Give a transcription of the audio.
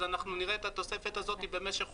אנחנו נראה את התוספת הזו במשך חודשיים.